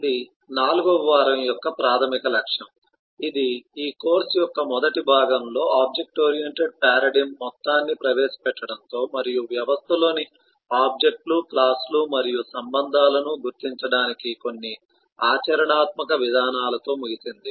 ఇది 4 వ వారం యొక్క ప్రాథమిక లక్ష్యం ఇది ఈ కోర్సు యొక్క మొదటి భాగంలో ఆబ్జెక్ట్ ఓరియెంటెడ్ పారాడిగ్మ్ మొత్తాన్ని ప్రవేశపెట్టడంతో మరియు వ్యవస్థలోని ఆబ్జెక్ట్ లు క్లాస్ లు మరియు సంబంధాలను గుర్తించడానికి కొన్ని ఆచరణాత్మక విధానాలతో ముగిసింది